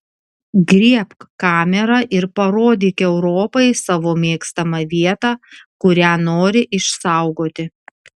griebk kamerą ir parodyk europai savo mėgstamą vietą kurią nori išsaugoti